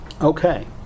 Okay